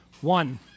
One